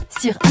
sur